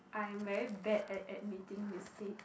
I am very bad at admitting mistakes